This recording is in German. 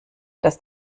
dass